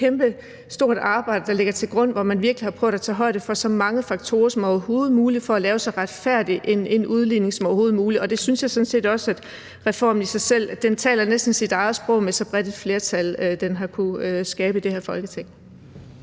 Det er jo et kæmpestort arbejde, der ligger til grund for den, hvor man virkelig har prøvet at tage højde for så mange faktorer som overhovedet muligt for at lave en så retfærdig udligning som overhovedet muligt. Det taler næsten også for sig selv, at reformen har kunnet samle så bredt et flertal i det her Folketing.